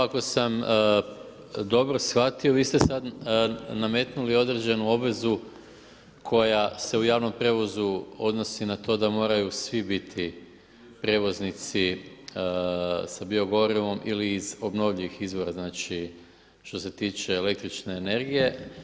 Ako sam dobro shvatio, vi ste sad nametnuli određenu obvezu koja se u javnom prijevozu odnosi na to da moraju svi biti prijevoznici sa bio gorivom ili iz obnovljivih izvora znači, što se tiče električne energije.